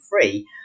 free